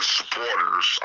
supporters